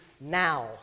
now